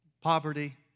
poverty